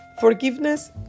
Forgiveness